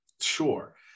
sure